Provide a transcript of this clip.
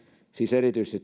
siis erityisesti